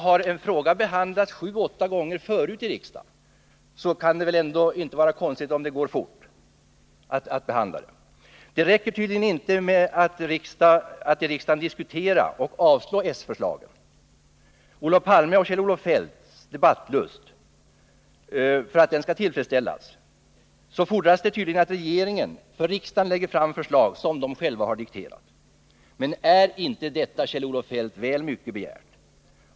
Har en fråga behandlats sju åtta gånger förut i riksdagen kan det inte vara konstigt om behandlingen går fort. Det räcker tydligen inte med att i riksdagen diskutera och avslå s-förslagen. För att tillfredsställa Olof Palmes och Kjell-Olof Feldts debattlust fordras det tydligen att regeringen för riksdagen lägger fram förslag som de själva har dikterat. Men är inte detta, Kjell-Olof Feldt, väl mycket begärt?